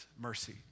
mercy